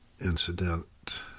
incident